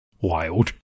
Wild